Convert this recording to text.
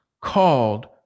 called